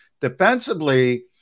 defensively